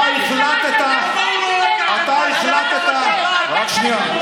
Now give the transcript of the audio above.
אתה החלטת, אבל הוא לא, אתה החלטת, רק שנייה.